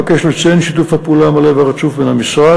אבקש לציין את שיתוף הפעולה המלא והרצוף בין המשרד,